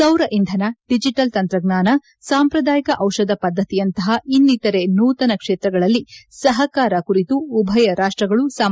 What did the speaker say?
ಸೌರ ಇಂಧನ ಡಿಜಿಟಲ್ ತಂತ್ರಜ್ಞಾನ ಸಾಂಪ್ರದಾಯಿಕ ಔಷಧ ಪದ್ಧತಿಯಂತಹ ಇನ್ನಿತರೆ ನೂತನ ಕ್ಷೇತ್ರಗಳಲ್ಲಿ ಸಹಕಾರ ಕುರಿತು ಉಭಯ ರಾಷ್ಟಗಳು ಸಮಾಲೋಚನೆ ನಡೆಸಿದವು